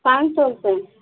पाँच सौ रुपये